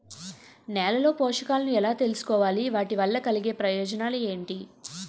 నేలలో పోషకాలను ఎలా తెలుసుకోవాలి? వాటి వల్ల కలిగే ప్రయోజనాలు ఏంటి?